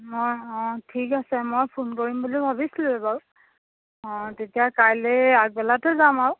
অ' অ' ঠিক আছে মই ফোন কৰিম বুলি ভাবিছিলোৱেই বাৰু অ' তেতিয়া কাইলৈ আগবেলাতে যাম আৰু